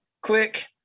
Click